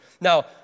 Now